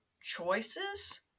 choices